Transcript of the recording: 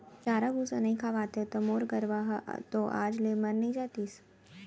चारा भूसा नइ खवातेंव त मोर गरूवा ह तो आज ले मर नइ जातिस